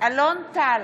אלון טל,